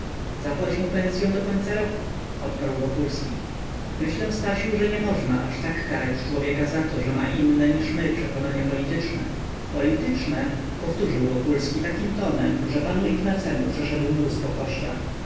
zapłać mu pensyą do końca roku odparł wokulski myślę stasiu myślę że nie można aż tak karać człowieka za to że ma inne niż my przekonania polityczne polityczne powtórzył wokulski takim tonem że panu ignacemu przeszedł mróz po